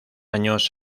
años